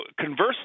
conversely